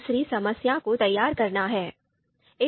दूसरी समस्या को तैयार करना है